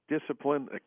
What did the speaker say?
discipline